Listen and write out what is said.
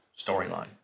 storyline